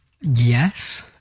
Yes